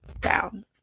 down